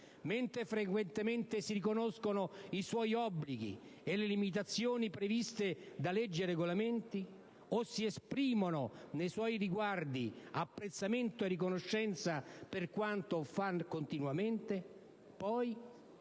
mentre frequentemente si riconoscono i suoi obblighi e le limitazioni previste da leggi e regolamenti o si esprimono nei suoi riguardi apprezzamento e riconoscenza per quanto fa continuamente, poi,